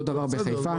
אותו דבר בחיפה.